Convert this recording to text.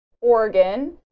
Oregon